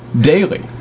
daily